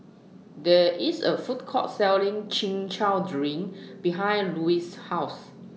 There IS A Food Court Selling Chin Chow Drink behind Louise's House